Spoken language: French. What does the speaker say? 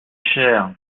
cher